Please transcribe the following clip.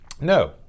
No